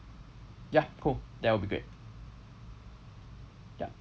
ya cool that would be great ya